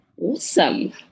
Awesome